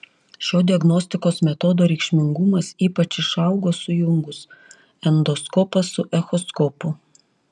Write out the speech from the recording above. šio diagnostikos metodo reikšmingumas ypač išaugo sujungus endoskopą su echoskopu